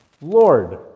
Lord